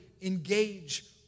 engage